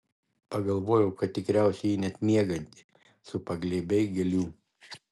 pagalvojau kad tikriausiai jį net miegantį supa glėbiai gėlių